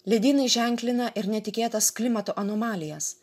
ledynai ženklina ir netikėtas klimato anomalijas